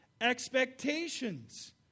expectations